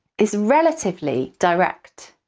is relatively direct.